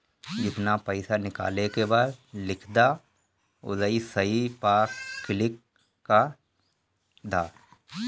जेतना पइसा निकाले के बा लिख दअ अउरी सही पअ क्लिक कअ दअ